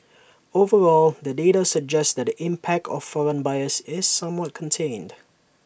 overall the data suggests that the impact of foreign buyers is somewhat contained